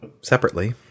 separately